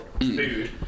food